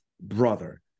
brother